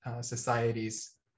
societies